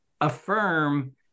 affirm